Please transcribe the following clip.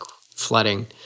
flooding